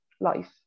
life